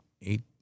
eight